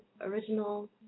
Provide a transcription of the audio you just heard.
original